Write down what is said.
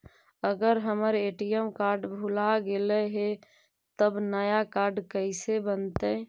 अगर हमर ATM card भुला गैलै हे तब नया काड कइसे बनतै?